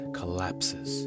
collapses